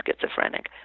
schizophrenic